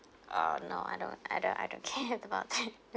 uh no I don't I don't I don't care about it